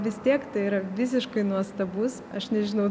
vis tiek tai yra visiškai nuostabus aš nežinau